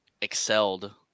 excelled